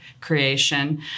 creation